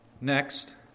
Next